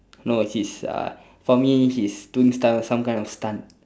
no he's uh for me he's doing stunt some kind of stunt